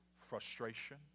frustration